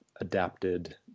adapted